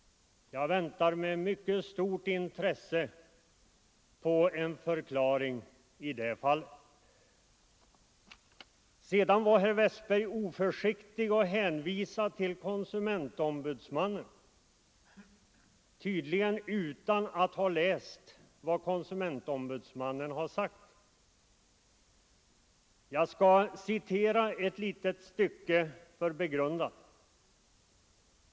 Jag väntar med mycket stort intresse på en förklaring. miskt förtal Sedan var herr Westberg oförsiktig nog att hänvisa till konsumentombudsmannen, tydligen utan att ha läst vad konsumentombudsmannen har sagt. Jag skall citera ett litet stycke för begrundan.